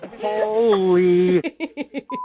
holy